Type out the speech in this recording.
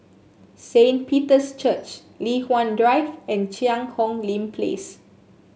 Saint Peter's Church Li Hwan Drive and Cheang Hong Lim Place